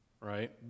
right